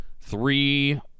three